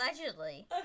Allegedly